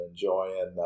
enjoying